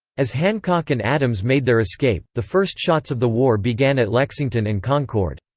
as hancock and adams made their escape, the first shots of the war began at lexington and concord.